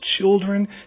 children